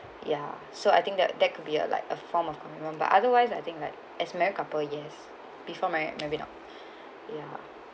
ya so I think that that could be a like a form of commitment but otherwise I think like as marry couple yes before married maybe not